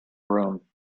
room